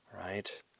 Right